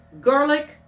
garlic